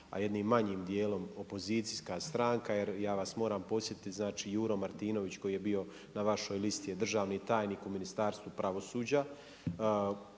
a jednim manjim dijelom opozicijska stranka jer ja vas moram podsjetiti. Znači, Juro Martinović koji je bio na vašoj listi je državni tajnik u Ministarstvu pravosuđa.